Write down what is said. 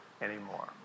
anymore